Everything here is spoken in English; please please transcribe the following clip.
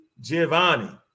Giovanni